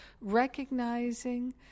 recognizing